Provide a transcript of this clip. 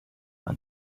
help